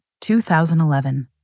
2011